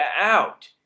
out